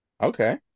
Okay